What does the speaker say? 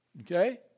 Okay